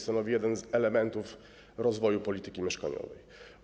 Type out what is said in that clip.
Stanowi jeden z elementów rozwoju polityki mieszkaniowej.